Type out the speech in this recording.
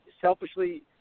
selfishly